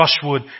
brushwood